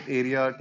area